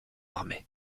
armé